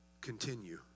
continue